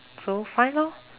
so fine lor